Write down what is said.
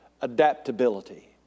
adaptability